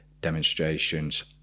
demonstrations